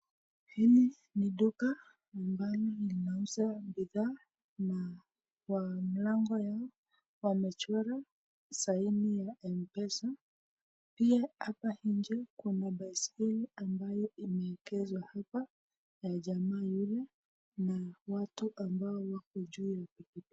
Hili ni duka ambalo linauza bidhaa, na kwa mlango yake wamechora saini ya mpesa. Pia hapa nje kuna baiskeli ambayo imewekezwa hapa na jama huyu na watu ambao wako juu.